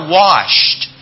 washed